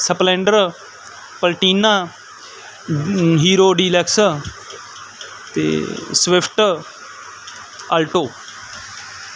Splendor Platina Hero Deluxe ਅਤੇ Swift Alto